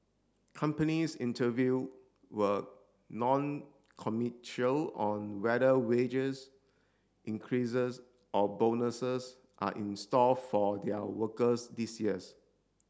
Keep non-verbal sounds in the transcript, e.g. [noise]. companies interview were non [unintelligible] on whether wages increases or bonuses are in store for their workers this years